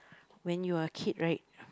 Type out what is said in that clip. when you are a kid right